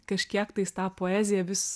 kažkiek tais tą poeziją vis